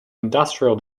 industrial